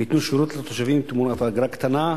וייתנו שירות לתושבים תמורת אגרה קטנה.